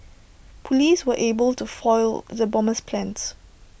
Police were able to foil the bomber's plans